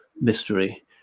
mystery